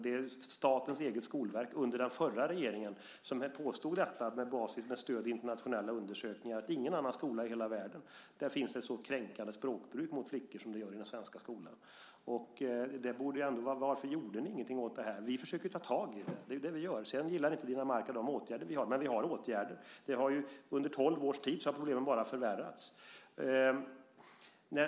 Det är statens eget skolverk - under den förra regeringen - som påstod detta med stöd i internationella undersökningar: I ingen annan skola i hela världen finns ett så kränkande språkbruk mot flickor som det gör i den svenska skolan. Varför gjorde ni ingenting åt det här? Vi försöker ju ta tag i det. Det är det vi gör. Sedan gillar inte Dinamarca de åtgärder vi har, men vi har åtgärder. Under tolv års tid har ju problemen bara förvärrats.